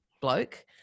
bloke